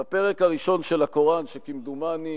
בפרק הראשון של הקוראן, וכמדומני